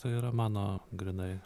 tai yra mano grynai